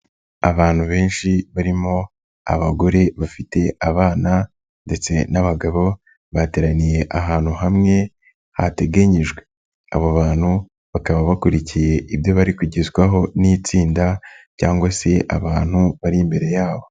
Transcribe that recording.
Abantu benshi barimo abagore bafite abana ndetse n'abagabo bateraniye ahantu hamwe hateganyijwe, abo bantu bakaba bakurikiye ibyo bari kugezwaho n'itsinda cyangwa se abantu bari imbere yabo.